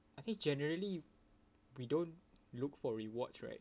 I think generally we don't look for rewards right